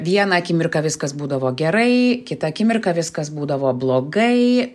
vieną akimirką viskas būdavo gerai kitą akimirką viskas būdavo blogai